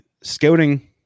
scouting